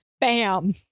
Bam